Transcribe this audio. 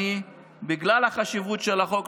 בגלל החשיבות של החוק,